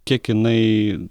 kiek jinai